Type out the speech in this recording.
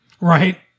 Right